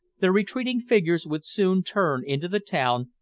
the retreating figures would soon turn into the town,